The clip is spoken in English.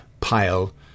pile